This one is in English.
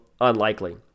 unlikely